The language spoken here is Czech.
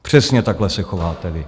Přesně takhle se chováte vy.